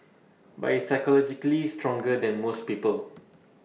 but he is psychologically stronger than most people